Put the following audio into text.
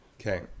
okay